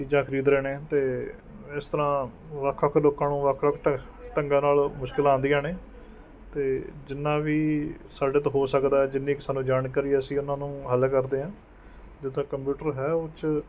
ਚੀਜ਼ਾਂ ਖਰੀਦ ਰਹੇ ਨੇ ਅਤੇ ਇਸ ਤਰ੍ਹਾਂ ਵੱਖ ਵੱਖ ਲੋਕਾਂ ਨੂੰ ਵੱਖ ਵੱਖ ਢੰ ਢੰਗਾਂ ਨਾਲ਼ ਮੁਸ਼ਕਿਲਾਂ ਆਉਂਦੀਆਂ ਨੇ ਅਤੇ ਜਿੰਨ੍ਹਾਂ ਵੀ ਸਾਡੇ ਤੋਂ ਹੋ ਸਕਦਾ ਜਿੰਨ੍ਹੀ ਕੁ ਸਾਨੂੰ ਜਾਣਕਾਰੀ ਹੈ ਅਸੀਂ ਉਹਨਾਂ ਨੂੰ ਹੱਲ ਕਰਦੇ ਹਾਂ ਜਦੋਂ ਤੱਕ ਕੰਪਿਊਟਰ ਹੈ ਉਹ 'ਚ